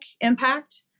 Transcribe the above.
impact